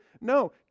No